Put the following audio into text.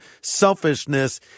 selfishness